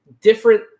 different